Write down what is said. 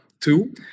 Two